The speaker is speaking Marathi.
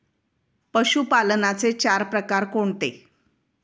पशुपालनाचे चार प्रकार कोणते?